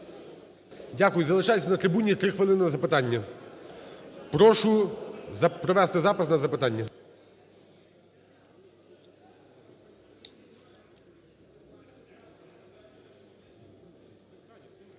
Дякую, залишайтесь на трибуні, 3 хвилини на запитання. Прошу провести запис на запитання.